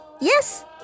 Yes